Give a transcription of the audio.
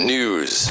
News